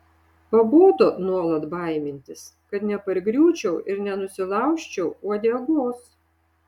pabodo nuolat baimintis kad nepargriūčiau ir nenusilaužčiau uodegos